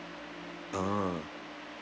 uh